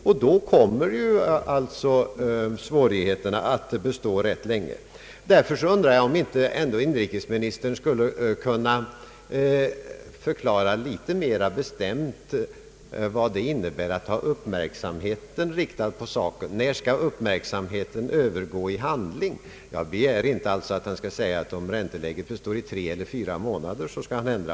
Och då kommer ju svårigheterna att bestå rätt länge. Därför undrar jag om inte inrikesministern ändå skulle kunna förklara litet mera bestämt vad det innebär att ha uppmärksamheten riktad på saken. När skall uppmärksamheten övergå i handling? Jag begär inte att han skall säga, att om ränteläget består i tre eller fyra månader så skall han ändra.